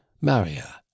maria